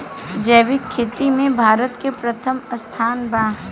जैविक खेती में भारत के प्रथम स्थान बा